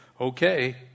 okay